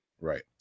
Right